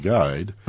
Guide